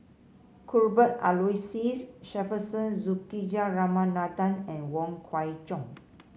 Cuthbert Aloysius Shepherdson Juthika Ramanathan and Wong Kwei Cheong